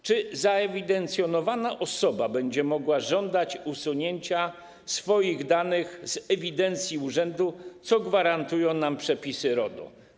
Czy zewidencjonowana osoba będzie mogła żądać usunięcia swoich danych z ewidencji urzędu, co gwarantują nam przepisy RODO?